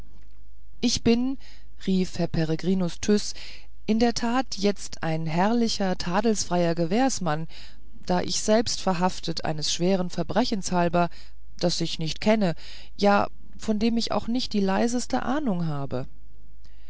ich bin rief herr peregrinus tyß in der tat jetzt ein herrlicher tadelsfreier gewährsmann da ich selbst verhaftet eines schweren verbrechens halber das ich nicht kenne ja von dem ich auch nicht die leiseste ahnung habe